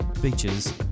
beaches